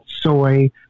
soy